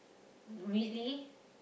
really